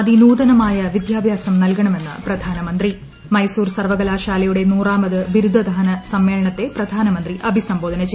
അതിനൂതനമായ വിദ്യാഭ്യസം നൽകണമെന്ന് പ്രധാനമന്ത്രി മൈസൂർ സർവകലാശാലയുടെ നൂറാമത് ബിരുദദാന സമ്മേളനത്തെ പ്രധാനമന്ത്രി അഭിസംബോധന ചെയ്തു